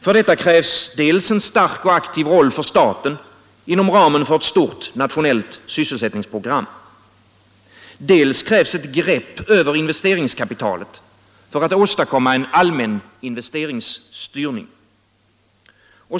För detta krävs dels en stark och aktiv roll för staten inom ramen för ett stort nationellt sysselsättningsprogram, dels ett grepp över investeringskapitalet för att åstadkomma en allmän investeringsstyrning.